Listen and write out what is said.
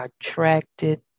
attracted